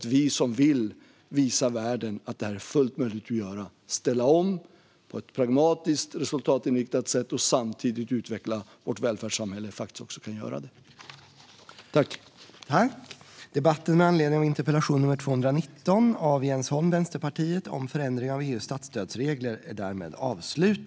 Vi som vill visa världen att det är fullt möjligt att ställa om på ett pragmatiskt och resultatinriktat sätt och samtidigt utveckla välfärdssamhället ska också kunna göra det.